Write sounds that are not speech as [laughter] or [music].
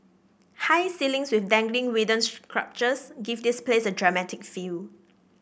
high ceilings with dangling [unintelligible] sculptures give this place a dramatic feel